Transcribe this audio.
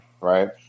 right